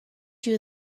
you